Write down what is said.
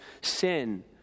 sin